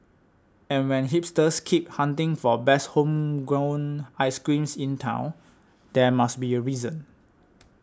and when hipsters keep hunting for best homegrown ice creams in town there must be a reason